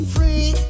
Free